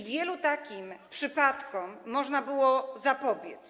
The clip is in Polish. Wielu takim przypadkom można było zapobiec.